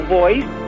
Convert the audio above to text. voice